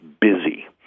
busy